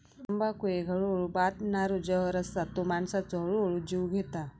तंबाखू एक हळूहळू बादणारो जहर असा आणि तो माणसाचो हळूहळू जीव घेता